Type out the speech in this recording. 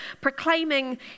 proclaiming